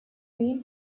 main